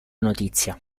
notizia